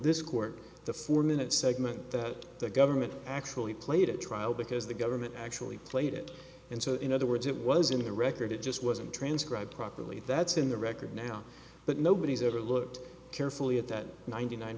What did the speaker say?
this court the four minute segment that the government actually played at trial because the government actually played it and so in other words it was in the record it just wasn't transcribed properly that's in the record now but nobody's ever looked carefully at that ninety nine